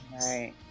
Right